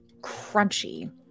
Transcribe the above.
crunchy